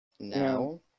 No